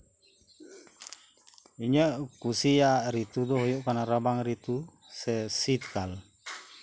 ᱤᱧᱟᱹᱜ ᱠᱩᱥᱤᱭᱟᱜ ᱨᱤᱛᱩ ᱫᱚ ᱦᱩᱭᱩᱜ ᱠᱟᱱᱟ ᱨᱟᱵᱟᱝ ᱨᱤᱛᱩ ᱥᱮ ᱥᱤᱛᱠᱟᱞ